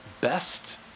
best